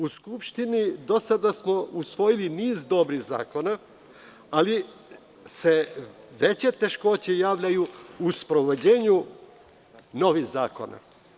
U Skupštini do sada smo usvojili niz dobrih zakona, ali se veće teškoće javljaju u sprovođenju novih zakona.